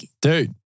Dude